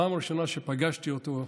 הפעם הראשונה שפגשתי אותו,